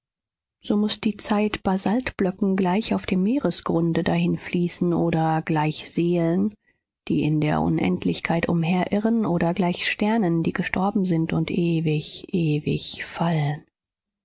so muß die zeit basaltblöcken gleich auf dem meeresgründe dahinfließen oder gleich seelen die in der unendlichkeit umherirren oder gleich sternen die gestorben sind und ewig ewig fallen